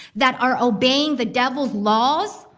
that are obeying the devil's laws.